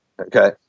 Okay